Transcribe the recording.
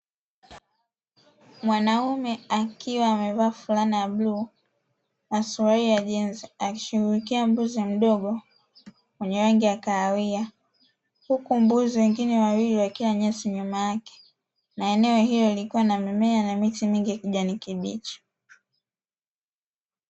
Mwanaume akiwa amevaa fulana ya bluu na suruali ya jinzi, akishughulikia mbuzi mdogo mwenye rangi ya kahawia huku mbuzi wengine wawili wakila nyasi nyuma yake, na eneo hilo likiwa na mimea na miti mingi ya kijani kibichi.